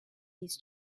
his